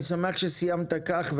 אני שמח שסיימת כך,